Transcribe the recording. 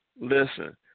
Listen